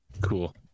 Cool